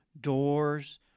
doors